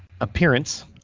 appearance